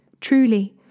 Truly